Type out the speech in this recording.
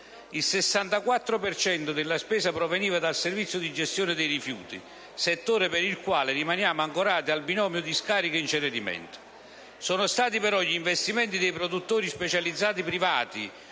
cento della spesa proveniva dal servizio di gestione dei rifiuti, settore per il quale rimaniamo ancorati al binomio discarica-incenerimento. Sono stati però gli investimenti dei produttori specializzati privati,